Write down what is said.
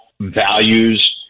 values